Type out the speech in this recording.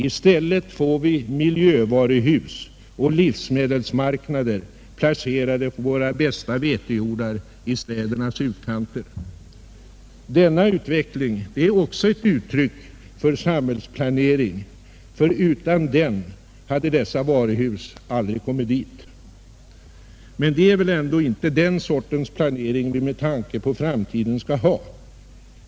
I stället får vi miljövaruhus och livsmedelsmarknader placerade på våra bästa vetejordar i städernas utkanter. Denna utveckling är också ett uttryck för samhällsplanering, ty utan den hade dessa varuhus aldrig kommit dit. Men det är väl ändå inte den sortens planering vi med tanke på framtiden skall ha?